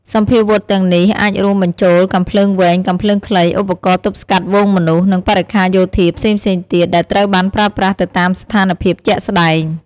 សព្វាវុធទាំងនេះអាចរួមបញ្ចូលកាំភ្លើងវែង កាំភ្លើងខ្លី ឧបករណ៍ទប់ស្កាត់ហ្វូងមនុស្ស និងបរិក្ខារយោធាផ្សេងៗទៀត ដែលត្រូវបានប្រើប្រាស់ទៅតាមស្ថានភាពជាក់ស្តែង។